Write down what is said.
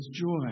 joy